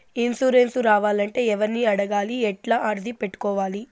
Insurance రావాలంటే ఎవర్ని అడగాలి? ఎట్లా అర్జీ పెట్టుకోవాలి?